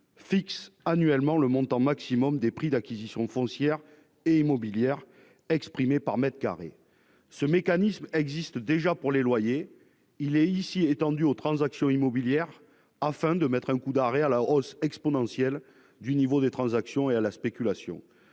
fixe annuellement le montant maximal des prix d'acquisition foncière et immobilière, par mètre carré. Ce mécanisme, existant déjà pour les loyers, est étendu aux transactions immobilières, afin de donner un coup d'arrêt à la hausse exponentielle du niveau des transactions et à la spéculation.